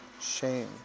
shame